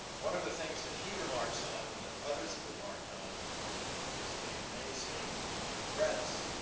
one of the things that he remarks on and that others have remarked on is the amazing breadths,